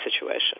situation